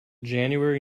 january